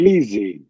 Easy